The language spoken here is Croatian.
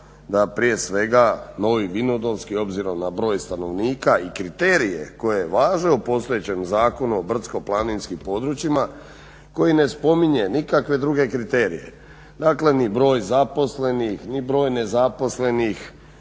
da prije svega Novi Vinodolski obzirom na broj stanovnika i kriterije koje važe u postojećem Zakonu o brdsko-planinskim područjima, koji ne spominje nikakve druge kriterije, dakle ni broj zaposlenih, ni broj nezaposlenih,